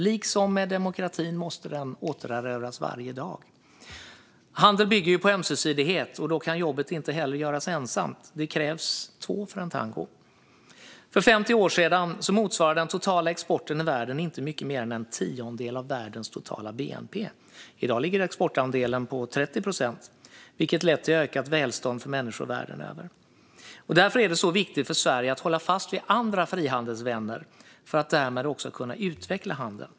Liksom demokratin måste den återerövras varje dag. Handel bygger ju på ömsesidighet, och ingen kan göra jobbet ensam. Det krävs två för att dansa tango. För 50 år sedan motsvarade den totala exporten i världen inte mycket mer än en tiondel av världens totala bnp. I dag ligger exportandelen på 30 procent, vilket har lett till ökat välstånd för människor världen över. Därför är det viktigt för Sverige att hålla fast vid andra frihandelsvänner - för att därmed också kunna utveckla handeln.